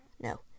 No